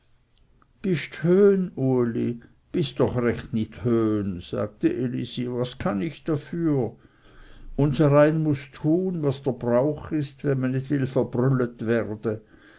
höhn uli bis doch recht nit höhn sagte elisi was kann ich dafür üserein muß tun was dr bruch ist we me nit will vrbrüllet werde